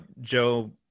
Joe